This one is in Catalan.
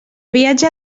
viatge